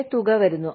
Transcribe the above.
പിന്നെ തുക വരുന്നു